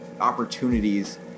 opportunities